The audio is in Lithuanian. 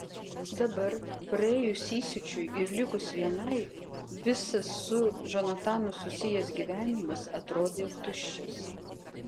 dabar praėjus įsiūčiui ir likus vienai visas su džonatanu susijęs gyvenimas atrodė tuščias